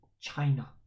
China